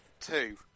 two